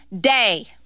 day